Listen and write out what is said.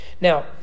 Now